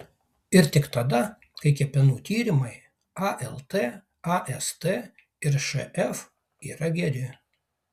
ir tik tada kai kepenų tyrimai alt ast ir šf yra geri